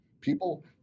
people